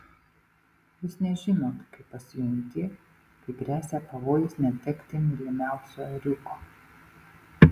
jūs nežinot kaip pasijunti kai gresia pavojus netekti mylimiausio ėriuko